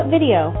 Video